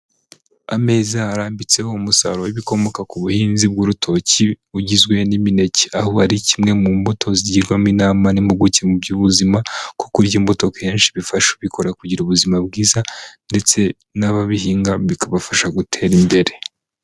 Ameza arambitseho umusaruro w'ibikomoka ku buhinzi bw'urutoki, ugizwe n'imineke, aho ari kimwe mu mbuto zigirwamo inama n'impuguke mu by'ubuzima ko kurya imbuto kenshi bifasha ubikora kugira ubuzima bwiza, ndetse n'ababihinga bikabafasha gutera imbere.